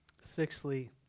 Sixthly